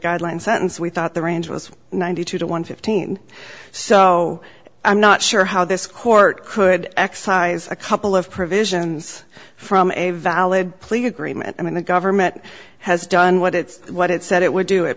guideline sentence we thought the range was ninety two to one fifteen so i'm not sure how this court could excise a couple of provisions from a valid plea agreement i mean the government has done what it's what it said it would do it